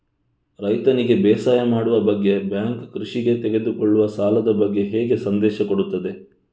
ರೈತನಿಗೆ ಬೇಸಾಯ ಮಾಡುವ ಬಗ್ಗೆ ಬ್ಯಾಂಕ್ ಕೃಷಿಗೆ ತೆಗೆದುಕೊಳ್ಳುವ ಸಾಲದ ಬಗ್ಗೆ ಹೇಗೆ ಸಂದೇಶ ಕೊಡುತ್ತದೆ?